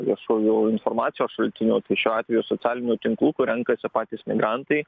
viešųjų informacijos šaltinių tai šiuo atveju socialinių tinklų kur renkasi patys migrantai